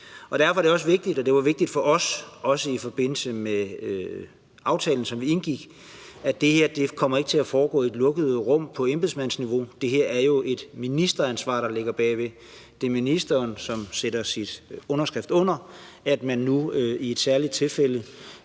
Derfor er det også vigtigt – og det var vigtigt for os, også i forbindelse med den aftale, som vi indgik – at det her ikke kommer til at foregå i lukkede rum på embedsmandsniveau. Der ligger jo et ministeransvar bag her; det er ministeren, som sætter sin underskrift under, at man nu i et særligt tilfælde